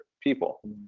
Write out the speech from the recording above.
people